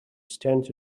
stands